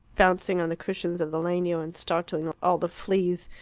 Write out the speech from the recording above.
bouncing on the cushions of the legno and startling all the fleas.